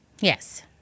Yes